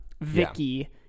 Vicky